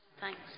Thanks